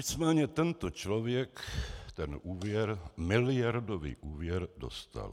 Nicméně tento člověk ten úvěr, miliardový úvěr, dostal.